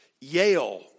Yale